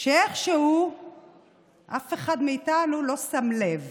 שאיכשהו אף אחד מאיתנו לא שם לב,